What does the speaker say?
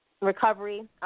recovery